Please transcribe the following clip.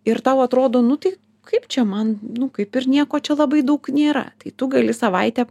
ir tau atrodo nu tai kaip čia man nu kaip ir nieko čia labai daug nėra tai tu gali savaitę